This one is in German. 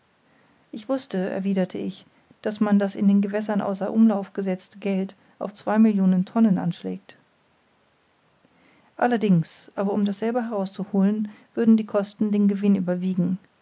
ich wußte erwiderte ich daß man das in den gewässern außer umlauf gesetzte geld auf zwei millionen tonnen anschlägt allerdings aber um dasselbe herauszuholen würden die kosten den gewinn überwiegen